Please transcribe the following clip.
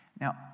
Now